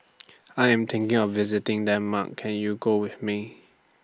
I Am thinking of visiting Denmark Can YOU Go with Me